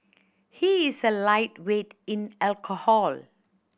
he is a lightweight in alcohol